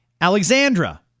Alexandra